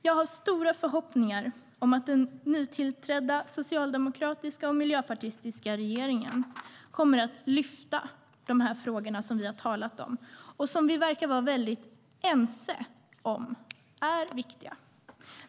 Jag har stora förhoppningar om att den nytillträdda socialdemokratiska och miljöpartistiska regeringen kommer att lyfta fram de frågor som vi här har talat om och som vi verkar vara väldigt ense om är viktiga.